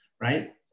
Right